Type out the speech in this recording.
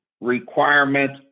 requirements